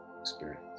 experience